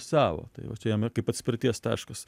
savo tai va čia jam kaip atspirties taškas